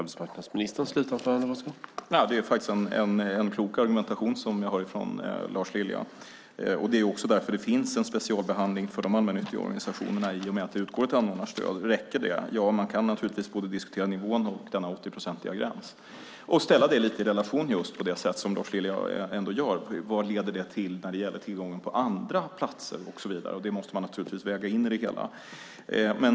Herr talman! Det är en klok argumentation jag hör från Lars Lilja, och det är därför det finns en specialbehandling för de allmännyttiga organisationerna i och med att det utgår ett anordnarstöd. Räcker det? Ja, man kan naturligtvis diskutera både nivån och den 80-procentiga gränsen och ställa dem i relation till, på det sätt som Lars Lilja gör, vad det leder till när det gäller tillgången på andra platser och så vidare. Det måste naturligtvis vägas in i det hela.